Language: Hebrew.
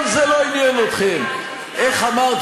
עניין אתכם רק דבר אחד,